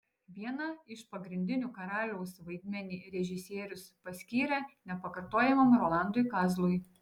vieną iš pagrindinių karaliaus vaidmenį režisierius paskyrė nepakartojamam rolandui kazlui